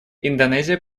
индонезия